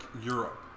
Europe